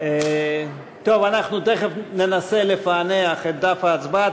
אנחנו תכף ננסה לפענח את דף ההצבעה.